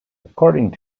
according